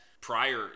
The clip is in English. prior